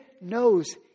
knows